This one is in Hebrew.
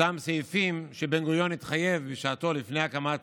אותם סעיפים שבן-גוריון התחייב בשעתו לפני הקמת